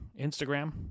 Instagram